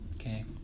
okay